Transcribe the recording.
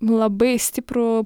labai stiprų